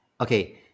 Okay